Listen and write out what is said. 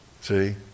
See